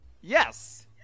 Yes